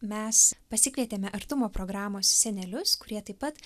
mes pasikvietėme artumo programos senelius kurie taip pat